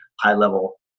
high-level